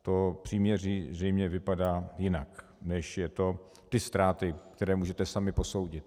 To příměří zřejmě vypadá jinak, než jsou ty ztráty, které můžete sami posoudit.